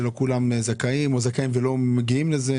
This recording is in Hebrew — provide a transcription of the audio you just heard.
שלא כולם זכאים או מממשים אותן.